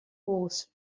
horse